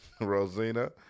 Rosina